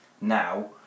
now